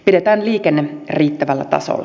pidetään liikenne riittävällä tasolla